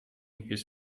his